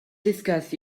discuss